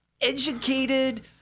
educated